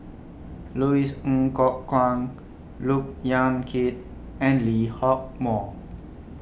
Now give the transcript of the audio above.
Louis Ng Kok Kwang Look Yan Kit and Lee Hock Moh